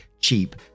cheap